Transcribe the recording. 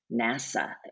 NASA